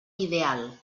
ideal